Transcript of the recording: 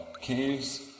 caves